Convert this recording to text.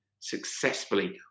successfully